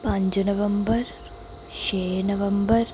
पंज नवम्बर छे नवम्बर